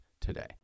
today